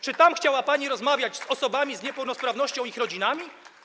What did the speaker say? Czy tam chciała pani rozmawiać z osobami z niepełnosprawnością i ich rodzinami?